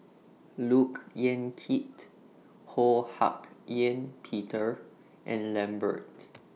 Look Yan Kit Ho Hak Ean Peter and Lambert